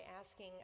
asking